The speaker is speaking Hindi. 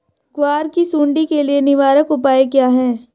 ग्वार की सुंडी के लिए निवारक उपाय क्या है?